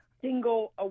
Single